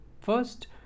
First